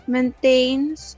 Maintains